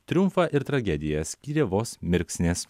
triumfą ir tragediją skyrė vos mirksnis